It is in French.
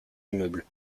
immeubles